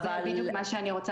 אני יודעת מה אני רואה